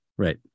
Right